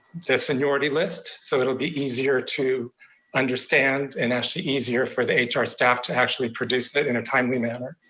the seniority list. so it'll be easier to understand and actually easier for the hr staff to actually produce it it in a timely manner.